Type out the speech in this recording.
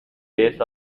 base